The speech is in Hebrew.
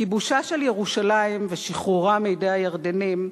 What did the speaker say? כיבושה של ירושלים ושחרורה מידי הירדנים,